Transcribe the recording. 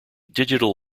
digital